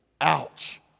Ouch